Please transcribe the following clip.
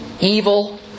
evil